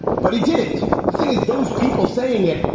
but he didn't. the thing is, those people saying it,